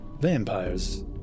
vampires